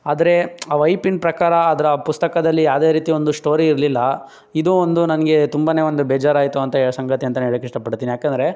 ಆದರೆ ಆ ವೈಪ್ನ್ ಪ್ರಕಾರ ಅದರ ಪುಸ್ತಕದಲ್ಲಿ ಯಾವುದೇ ರೀತಿ ಒಂದು ಸ್ಟೋರಿ ಇರಲಿಲ್ಲ ಇದು ಒಂದು ನನಗೆ ತುಂಬನೇ ಒಂದು ಬೇಜಾರಾಯಿತು ಅಂತ ಹೆ ಸಂಗತಿ ಅಂತಲೇ ಹೇಳೋಕೆ ಇಷ್ಟಪಡ್ತೀನಿ ಏಕೆಂದ್ರೆ